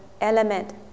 element